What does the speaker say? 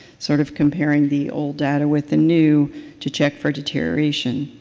sort of comparing the old data with the new to check for deterioration.